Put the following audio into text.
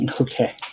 Okay